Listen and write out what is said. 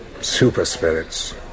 super-spirits